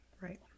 Right